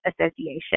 Association